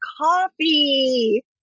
Coffee